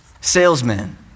Salesmen